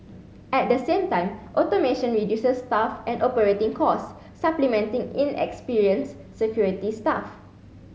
at the same time automation reduces staff and operating costs supplementing inexperienced security staff